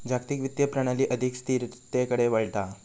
जागतिक वित्तीय प्रणाली अधिक स्थिरतेकडे वळता हा